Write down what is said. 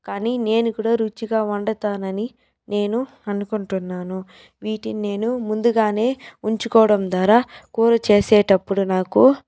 కానీ నేను కూడా రుచిగా వండతానని నేను అనుకుంటున్నాను వీటిని నేను ముందుగానే ఉంచుకోవడం ద్వారా కూర చేసేటప్పుడు నాకు